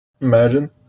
Imagine